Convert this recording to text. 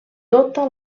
tota